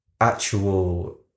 actual